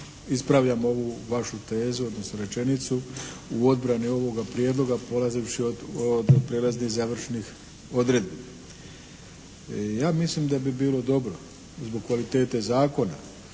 ispravljam ovu vašu tezu odnosno rečenicu u odbrani ovoga prijedloga polazivši od prijelaznih i završnih odredbi. Ja mislim da bi bilo dobro zbog kvalitete zakona